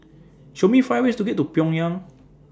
Show Me five ways to get to Pyongyang